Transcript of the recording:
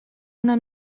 una